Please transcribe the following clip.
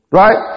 right